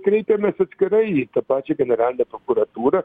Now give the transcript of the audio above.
kreipėmės atskirai į tą pačią generalinę prokuratūrą